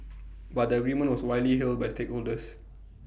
but the agreement was widely hailed by stakeholders